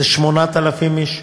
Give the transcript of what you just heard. זה 8,000 איש.